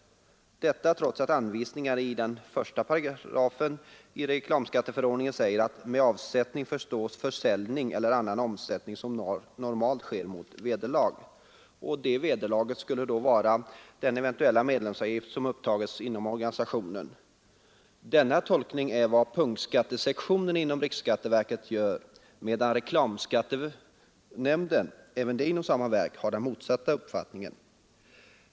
Så har skett trots att det i anvisningarna till 18 i reklamskatteförordningen bl.a. sägs följande: ”Med avsättning förstås försäljning eller annan omsättning som normalt sker mot vederlag.” Detta vederlag skulle då vara den eventuella medlemsavgift som upptages inom organisationen. Denna tolkning görs av punktskattesektionen inom riksskatteverket medan reklamskattenämnden — som tillhör samma verk — har den motsatta uppfattningen.